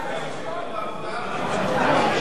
אלה שיכולים לעבור לארץ,